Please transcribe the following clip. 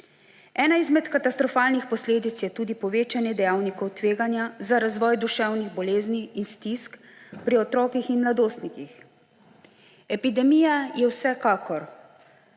Ena izmed katastrofalnih posledic je tudi povečanje dejavnikov tveganja za razvoj duševnih bolezni in stisk pri otrocih in mladostnikih. Epidemija je vsekakor